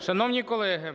Шановні колеги,